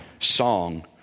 song